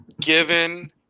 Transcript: given